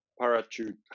parachute